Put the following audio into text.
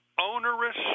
onerous